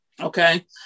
Okay